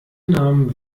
namen